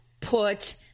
put